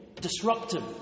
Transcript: disruptive